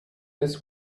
this